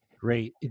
Great